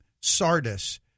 Sardis